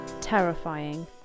terrifying